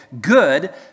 good